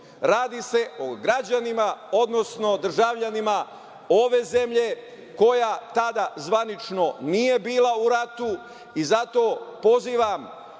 se o građanima, odnosno državljanima ove zemlje koja tada zvanično nije bila u ratu i zato pozivam